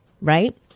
right